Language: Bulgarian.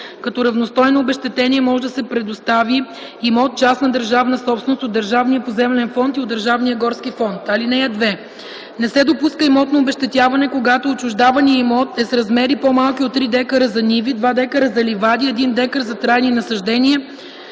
като равностойно обезщетение може да се предостави имот – частна държавна собственост, от Държавния поземлен фонд и от Държавния горски фонд. (2) Не се допуска имотно обезщетяване, когато отчуждаваният имот е с размери по-малки от 3 дка за ниви, 2 дка за ливади, 1 дка за трайни насаждения